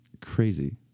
crazy